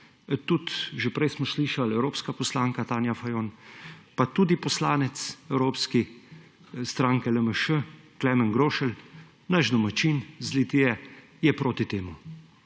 tudi že prej smo slišali, evropska poslanka Tanja Fajon, pa tudi poslanec evropski stranke LMŠ Klemen Grošelj, naš domačin iz Litije, je proti temu.